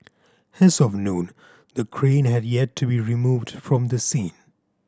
as of noon the crane had yet to be removed from the scene